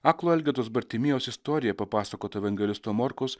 aklo elgetos bartimėjaus istorija papasakota evangelisto morkaus